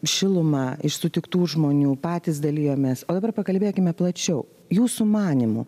šilumą iš sutiktų žmonių patys dalijomės o dabar pakalbėkime plačiau jūsų manymu